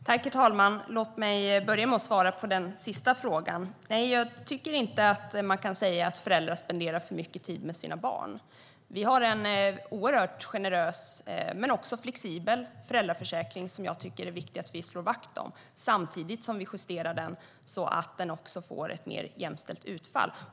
Herr talman! Låt mig börja med att svara på frågan. Nej, jag tycker inte att man kan säga att föräldrar tillbringar för mycket tid med sina barn. Vi har en oerhört generös och flexibel föräldraförsäkring som jag tycker att det är viktigt att vi slår vakt om, samtidigt som vi justerar den så att den får ett mer jämställt utfall.